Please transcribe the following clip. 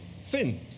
Sin